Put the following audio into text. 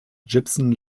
gibson